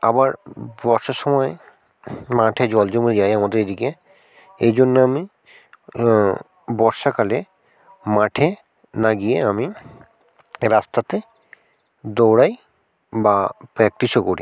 আবার বর্ষার সময় মাঠে জল জমে যায় আমাদের এদিকে এই জন্য আমি বর্ষাকালে মাঠে না গিয়ে আমি রাস্তাতে দৌড়াই বা প্যাক্টিসও করি